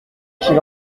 qu’il